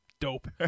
dope